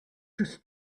just